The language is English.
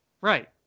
Right